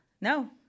no